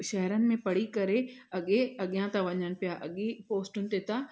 शहरनि में पढ़ी करे अॻे अॻियां था वञनि पिया अॻी पोस्टुनि ते था